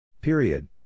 Period